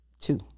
Two